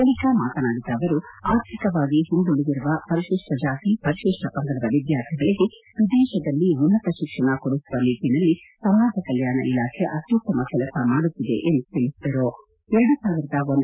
ಬಳಿಕ ಮಾತನಾಡಿದ ಅವರು ಆರ್ಥಿಕವಾಗಿ ಹಿಂದುಳಿದಿರುವ ಪರಿಶಿಷ್ಟ ಜಾತಿ ಪರಿಶಿಷ್ಟ ಪಂಗಡದ ವಿದ್ಯಾರ್ಥಿಗಳಿಗೆ ವಿದೇಶದಲ್ಲಿ ಉನ್ನತ ಶಿಕ್ಷಣ ಕೊಡಿಸುವ ನಿಟ್ಟನಲ್ಲಿ ಸಮಾಜ ಕಲ್ಕಾಣ ಇಲಾಖೆ ಅತ್ಯುತ್ತಮ ಕೆಲಸ ಮಾಡುತ್ತಿದೆ ಎಂದು ತಿಳಿಬದರು